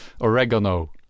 Oregano